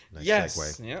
Yes